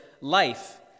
life